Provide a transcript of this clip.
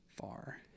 far